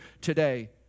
today